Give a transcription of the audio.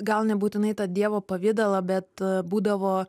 gal nebūtinai tą dievo pavidalą bet būdavo